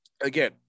again